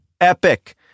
epic